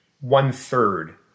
one-third